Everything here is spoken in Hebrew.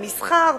המסחר,